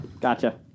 gotcha